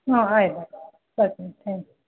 ಹಾಂ ಆಯ್ತು ಬರ್ತಿನಿ ತ್ಯಾಂಕ್ ಯು